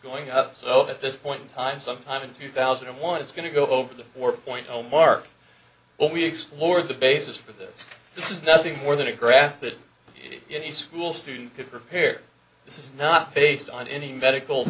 going up so at this point in time sometime in two thousand and one it's going to go over the four point zero mark but we explored the basis for this this is nothing more than a graphic it school student could prepare this is not based on any medical